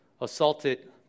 assaulted